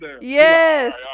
yes